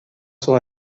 sus